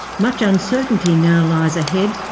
much uncertainty now lies ahead,